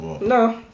no